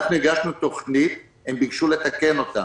אנחנו הגשנו תוכנית והם ביקשו לתקן אותה.